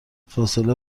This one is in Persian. فاصله